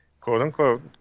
quote-unquote